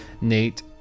Nate